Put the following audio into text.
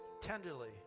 Tenderly